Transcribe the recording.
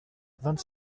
vingt